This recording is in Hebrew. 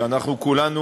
שאנחנו כולנו